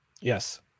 Yes